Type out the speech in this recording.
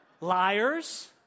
Liars